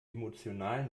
emotional